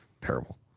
terrible